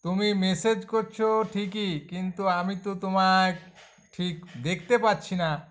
তুমি মেসেজ করছো ঠিকই কিন্তু আমি তো তোমায় ঠিক দেখতে পাচ্ছি না